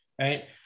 right